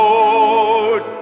Lord